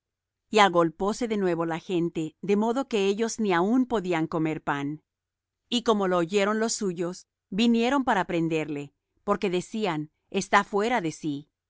y agolpóse de nuevo la gente de modo que ellos ni aun podían comer pan y como lo oyeron los suyos vinieron para prenderle porque decían está fuera de sí